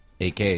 AK